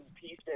pieces